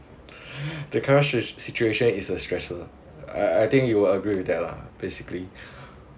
the current s~s~situation is a stressor I I I think you would agree with that lah basically